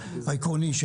העקרוני,